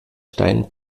stein